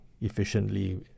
efficiently